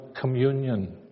communion